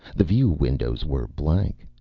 the view windows were blank.